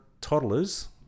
toddlers